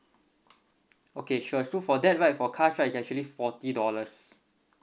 okay sure so for that right for cars right it's actually forty dollars